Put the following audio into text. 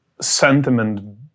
sentiment